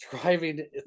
driving